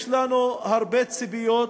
יש לנו הרבה ציפיות.